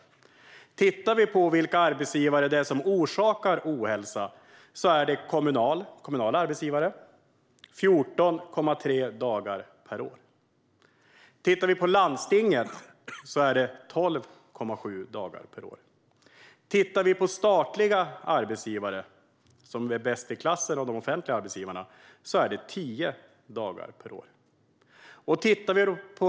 Om vi tittar på vilka arbetsgivare det är som orsakar ohälsa ser vi att kommunala arbetsgivare har 14,3 dagar per år, landstingen 12,7 dagar per år och statliga arbetsgivare, som är bäst i klassen av de offentliga arbetsgivarna, 10 dagar per år.